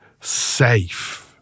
safe